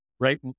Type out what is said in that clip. Right